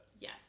Yes